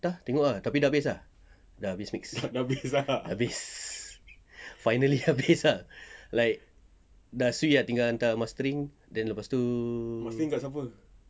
entah tengok ah tapi dah habis ah dah habis mix dah habis finally habis ah like dah swee ah tinggal hantar mastering then lepas tu